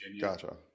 Gotcha